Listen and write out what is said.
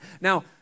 Now